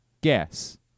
Guess